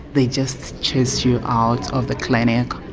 they just chase you out of the clinic.